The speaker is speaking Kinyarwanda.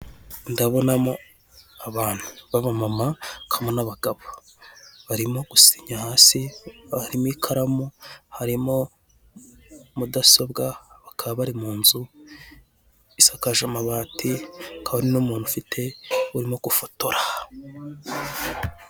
Ndabonamo abantu baba mama, hamwe n'abagabo barimo gusinya hasi, harimo ikaramu harimo mudasobwa, bakaba bari m'inzu isakaje amabati hakaba hari n'umuntu ufite urimo gufotora.